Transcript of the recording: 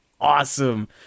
awesome